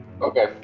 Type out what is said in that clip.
Okay